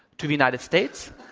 to the united states.